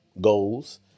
goals